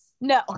No